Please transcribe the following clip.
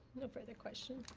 no further questions.